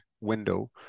window